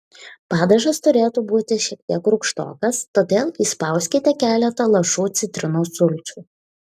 padažas turėtų būti šiek tiek rūgštokas todėl įspauskite keletą lašų citrinos sulčių